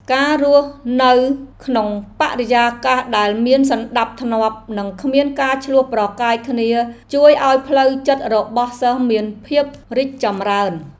ការរស់នៅក្នុងបរិយាកាសដែលមានសណ្តាប់ធ្នាប់និងគ្មានការឈ្លោះប្រកែកគ្នាជួយឱ្យផ្លូវចិត្តរបស់សិស្សមានភាពរីកចម្រើន។